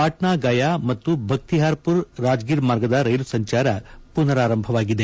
ಪಾಟ್ನಾ ಗಯಾ ಮತ್ತು ಭಕ್ತಿಹಾರ್ ಪುರ್ ರಾಜಗಿರ್ ಮಾರ್ಗದ ರೈಲು ಸಂಚಾರ ಪುನರಾರಂಭವಾಗಿದೆ